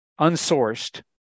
unsourced